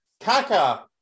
Kaka